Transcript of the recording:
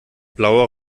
blauer